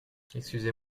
excusez